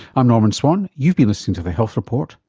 i'm norman swan, you've been listening to the health report,